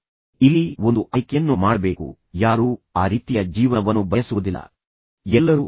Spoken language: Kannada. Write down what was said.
ಈಗ ನೀವು ಇಲ್ಲಿ ಒಂದು ಆಯ್ಕೆಯನ್ನು ಮಾಡಬೇಕು ಯಾರೂ ಆ ರೀತಿಯ ಜೀವನವನ್ನು ಬಯಸುವುದಿಲ್ಲ ಎಲ್ಲರೂ